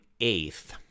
eighth